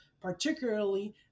particularly